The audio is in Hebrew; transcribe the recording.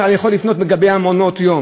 אני יכול לפנות לגבי מעונות-יום,